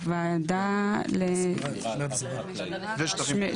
הוולקחש"פ, הוועדה לשטחים פתוחים.